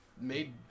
made